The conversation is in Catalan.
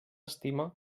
estima